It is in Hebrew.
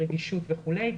ברגישות וכולי,